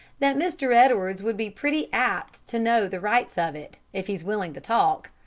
that mr. edwards would be pretty apt to know the rights of it, if he's willing to talk.